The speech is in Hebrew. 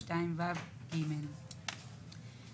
אני חושש מזה שייקבעו סמלים כאלה שהם יהוו מגבלה בכל הנושא של הייצור,